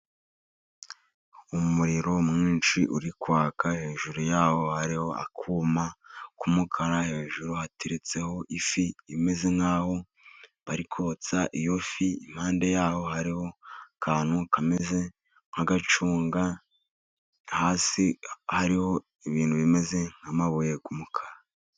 Umuriro mwinshi uri kwaka, hejuru yaho hariho akuma k'umukara, hejuru hateretseho ifi imeze nk'aho bari kotsa. Iyo fi impande yaho hariho akantu kameze nk'agacunga, hasi hariho ibintu bimeze nk'amabuye y'umukara.